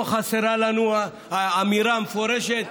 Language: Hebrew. פה: חסרה לנו האמירה המפורשת.